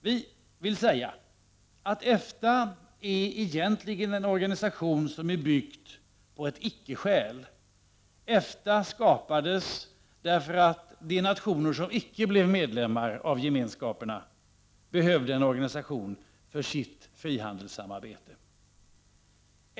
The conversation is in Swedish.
Vi vill säga att EFTA egentligen är en organisation som är byggd på ett icke-skäl. EFTA skapades därför att de nationer som icke blev medlemmar i Gemenskapen behövde en organisation för sitt frihandelssamarbete.